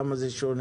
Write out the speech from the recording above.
למה זה שונה?